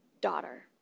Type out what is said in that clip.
daughter